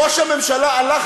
ראש הממשלה הולך